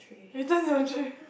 without your chair